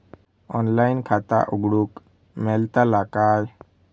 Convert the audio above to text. Online खाता उघडूक मेलतला काय?